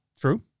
True